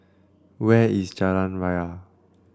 where is Jalan Raya